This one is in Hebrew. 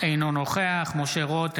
אינו נוכח משה רוט,